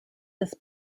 this